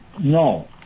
No